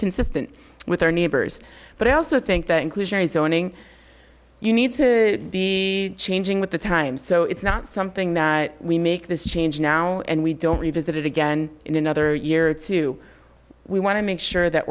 consistent with our neighbors but i also think that inclusionary zoning you need to be changing with the times so it's not something that we make this change now and we don't revisit it again in another year or two we want to make sure that